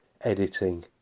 editing